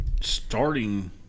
starting